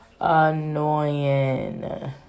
annoying